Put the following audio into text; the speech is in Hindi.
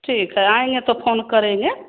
ठीक है आएँगे तो फ़ोन करेंगे